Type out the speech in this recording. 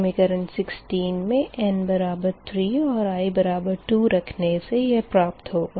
समीकरण 16 में n 3 और i 2 रखने से यह प्राप्त होगा